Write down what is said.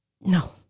No